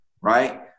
right